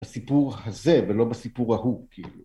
בסיפור הזה ולא בסיפור ההוא, כאילו.